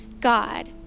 God